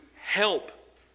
help